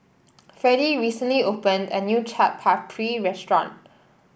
Fredie recently opened a new Chaat Papri restaurant